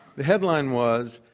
the headline was,